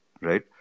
right